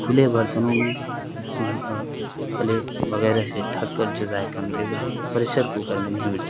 کھلے برتنوں میں پلیٹ وغیرہ سے ڈھک کر جو ذائقہ ملے گا وہ پریشر کوکر میں نہیں مل سکتا